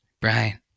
Brian